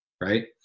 right